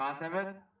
ah seven